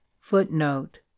Footnote